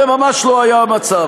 זה ממש לא היה המצב.